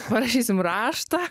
parašysim raštą